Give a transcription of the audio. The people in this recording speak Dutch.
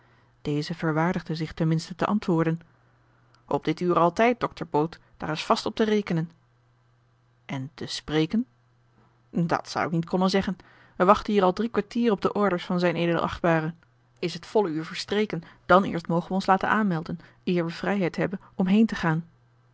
deze verwaardigde zich ten minste te antwoorden op dit uur altijd dokter boot daar is vast op te rekenen en te spreken dat zou ik niet konnen zeggen wij wachten hier al drie kwartier op de orders van zijn edel achtbare is het volle uur verstreken dan eerst mogen wij ons laten aanmelden eer we vrijheid hebben om heen te gaan